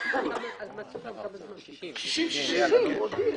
סוכם "60 ימים".